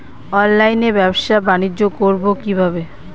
অনলাইনে ব্যবসা বানিজ্য করব কিভাবে?